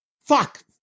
fuck